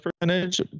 percentage